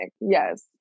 yes